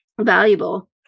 valuable